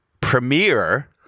premiere